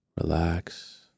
relax